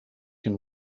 can